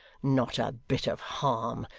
not a bit of harm.